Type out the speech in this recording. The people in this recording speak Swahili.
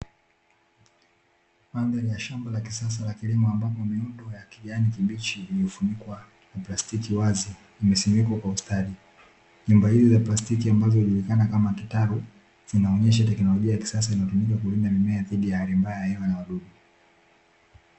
Mandhari ya shamba la kisasa la kilimo ambapo miundo ya kijani kibichi imefunikwa na plastiki wazi, imesimikwa kwa ustadi. Nyumba hizo za plastiki ambazo hujulikana kama kitalu zinaonyesha teknolojia ya kisasa inayotumika kulinda mimea dhidi ya hali mbaya ya hewa na wadudu.